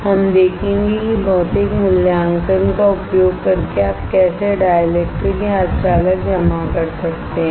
हम देखेंगे कि भौतिक मूल्यांकन का उपयोग करके आप कैसे डाइलेक्ट्रिक्स या सेमी कंडक्टरो को जमा कर सकते हैं